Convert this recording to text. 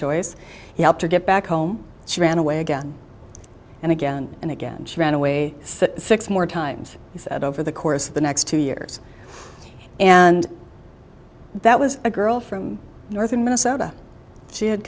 choice he helped her get back home she ran away again and again and again she ran away six more times he said over the course of the next two years and that was a girl from northern minnesota she had